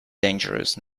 dangerous